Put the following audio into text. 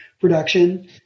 production